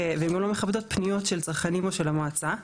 והן לא מכבדות פניות של צרכנים או של המועצה.